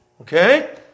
Okay